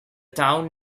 town